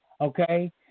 Okay